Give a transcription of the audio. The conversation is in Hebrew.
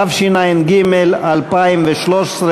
התשע"ג 2013,